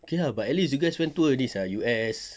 okay lah but at least you guys went tour already sia U_S